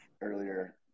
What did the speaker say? earlier –